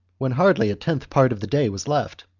when hardly a tenth part of the day was left,